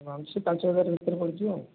ହଁ ସେ ପାଞ୍ଚ ହଜାର ଭିତରେ ପଡ଼ିଯିବ ଆଉ